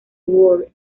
world